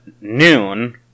noon